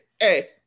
hey